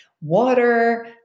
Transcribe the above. water